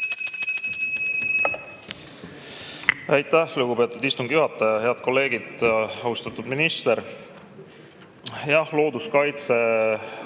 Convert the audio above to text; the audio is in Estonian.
Aitäh, lugupeetud istungi juhataja! Head kolleegid ja austatud minister! Jah, looduskaitse